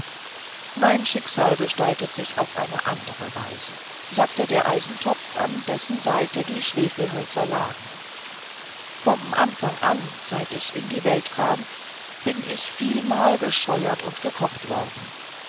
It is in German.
mein schicksal gestaltete sich auf eine andere weise sagte der eisentopf an dessen seite die schwefelhölzer lagen vom anfang an seit ich in die welt kam bin ich vielmal gescheuert und gekocht worden